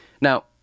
Now